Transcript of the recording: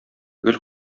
гел